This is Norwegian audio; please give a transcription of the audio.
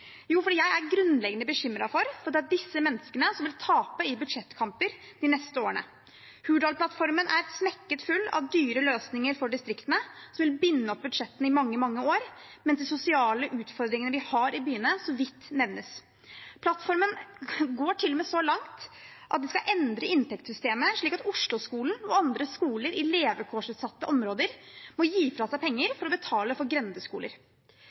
Jo, fordi jeg er grunnleggende bekymret for at det er disse menneskene som vil tape i budsjettkamper de neste årene. Hurdalsplattformen er smekkfull av dyre løsninger for distriktene som vil binde opp budsjettene i mange, mange år, mens de sosiale utfordringene vi har i byene, så vidt nevnes. Plattformen går til og med så langt at de skal endre inntektssystemet, slik at Oslo-skolen og andre skoler i levekårsutsatte områder må gi fra seg penger for å betale for grendeskoler.